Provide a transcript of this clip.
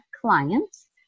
clients